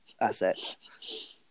assets